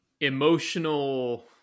emotional